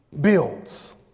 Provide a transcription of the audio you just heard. builds